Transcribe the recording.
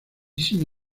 sin